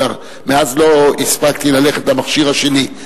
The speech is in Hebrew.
אבל מאז לא הספקתי ללכת למכשיר השני.